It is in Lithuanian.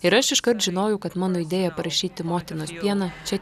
ir aš iškart žinojau kad mano idėja parašyti motinos pieną čia